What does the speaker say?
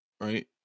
right